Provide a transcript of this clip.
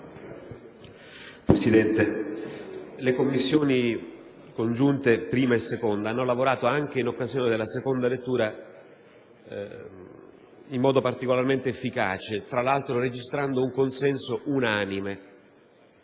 Presidente, le Commissioni riunite 1a e 2a hanno lavorato, anche in occasione della seconda lettura, in modo particolarmente efficace, registrando tra l'altro un consenso unanime.